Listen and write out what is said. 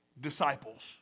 disciples